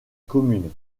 commune